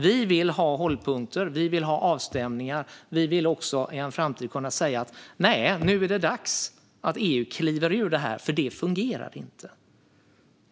Vi vill ha hållpunkter, vi vill ha avstämningar och vi vill i en framtid kunna säga: Nu är det dags för EU att kliva ur detta eftersom det inte fungerar.